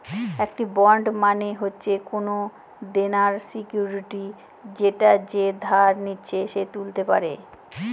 একটি বন্ড মানে হচ্ছে কোনো দেনার সিকুইরিটি যেটা যে ধার নিচ্ছে সে তুলতে পারে